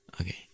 okay